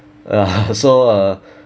uh so uh